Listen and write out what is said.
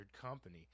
company